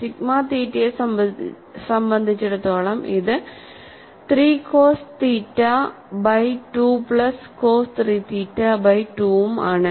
sigma തീറ്റയെ സംബന്ധിച്ചിടത്തോളം ഇത് 3 cos theta by 2 plus cos 3 theta by 2 ഉം ആണ്